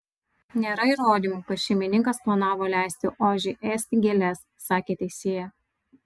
nėra įrodymų kad šeimininkas planavo leisti ožiui ėsti gėles sakė teisėja